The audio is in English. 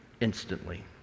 instantly